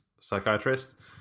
psychiatrist